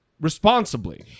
responsibly